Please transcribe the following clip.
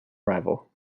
rival